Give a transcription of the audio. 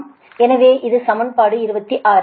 எனவே இது சமன்பாடு 26